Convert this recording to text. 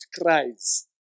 cries